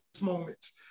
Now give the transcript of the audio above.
moments